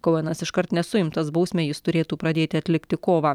kouenas iškart nesuimtas bausmę jis turėtų pradėti atlikti kovą